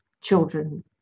children